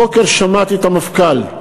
הבוקר שמעתי את המפכ"ל,